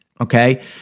Okay